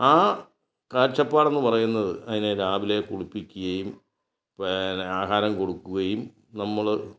ആ കാഴ്ചപ്പാട് എന്ന് പറയുന്നത് അതിനെ രാവിലെ കുളിപ്പിക്കുകയും പിന്നെ ആഹാരം കൊടുക്കുകയും നമ്മൾ